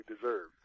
deserve